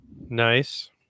Nice